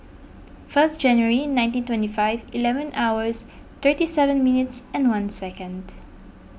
first January nineteen twenty five eleven hours thirty seven minutes and one second